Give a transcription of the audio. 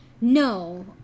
no